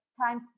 time